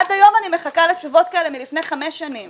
עד היום אני מחכה לתשובות כאלה מלפני חמש שנים